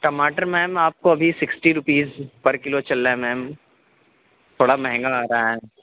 ٹماٹر میم آپ کو ابھی سکسٹی روپیز پر کلو چل رہا ہے میم تھوڑا مہنگا آ رہا ہے